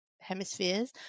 hemispheres